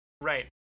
Right